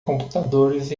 computadores